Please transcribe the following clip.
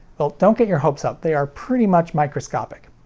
well, don't get your hopes up they are pretty much microscopic.